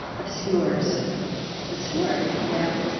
obscures the story yeah.